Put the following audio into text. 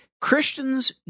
Christians